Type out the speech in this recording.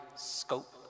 Scope